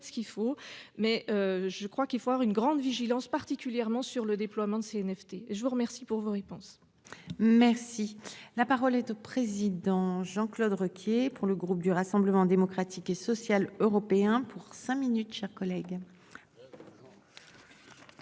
ce qu'il faut mais je crois qu'il faut faire une grande vigilance particulièrement sur le déploiement de ces NFT. Je vous remercie pour voir pense. Merci. La parole est au président Jean-Claude Requier pour le groupe du Rassemblement démocratique et social européen pour cinq minutes, chers collègues.